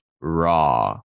Raw